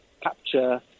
capture